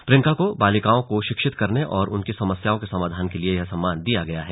प्रियंका को बालिकाओं को शिक्षित करने और उनकी समस्याओं के समाधान के लिए यह सम्मान दिया गया है